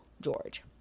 George